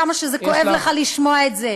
כמה שזה כואב לך לשמוע את זה.